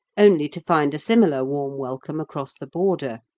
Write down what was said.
only to find a similar warm welcome across the border.